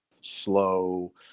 slow